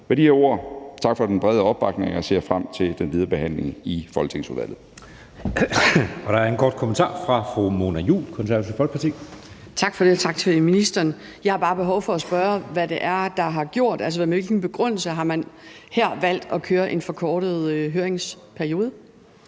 ord vil jeg sige tak for den brede opbakning. Jeg ser frem til den videre behandling i folketingsudvalget.